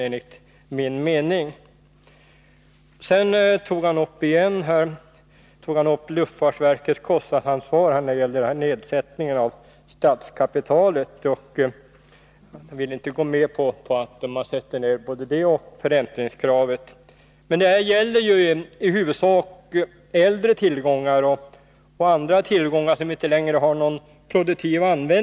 Sedan tog Rolf Clarkson upp frågan om luftfartsverkets kostnadsansvar. Han vill inte gå med på en nedsättning av statskapitalet och förräntningskravet. Men här gäller det i huvudsak äldre tillgångar och tillgångar som inte längre används produktivt.